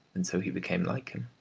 and so he became like him.